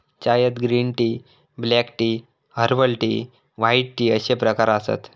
चायत green tea, black tea, herbal tea, white tea अश्ये प्रकार आसत